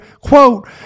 Quote